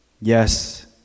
Yes